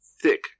thick